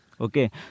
Okay